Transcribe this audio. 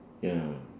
ya